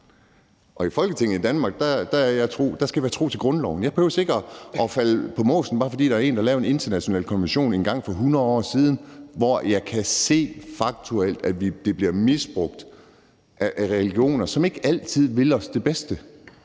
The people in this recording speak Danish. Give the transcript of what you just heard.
og i Folketinget i Danmark skal jeg være tro mod grundloven. Jeg behøver ikke at falde på måsen, bare fordi der er en, der har lavet en international konvention engang for hundrede år siden, og som jeg kan se faktuelt bliver misbrugt af religioner, som ikke altid vil os det bedste.